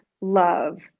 love